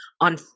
on